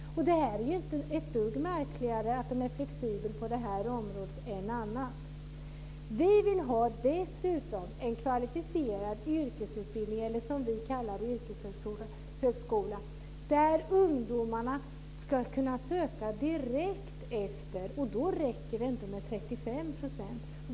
Att det finns en flexibilitet på det här området är ju inte ett dugg märkligare än mycket annat. Vi vill dessutom ha en kvalificerad yrkesutbildning, som vi kallar yrkeshögskola, till vilken ungdomarna ska kunna söka direkt efter gymnasiet, och då räcker det inte med 35 %.